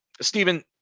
Stephen